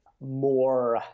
more